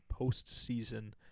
postseason